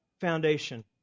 foundation